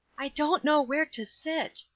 i don't know where to sit,